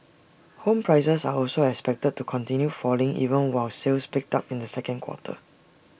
home prices are also expected to continue falling even while sales picked up in the second quarter